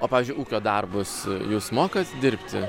o pavyzdžiui ūkio darbus jūs mokat dirbti